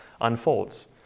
unfolds